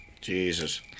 Jesus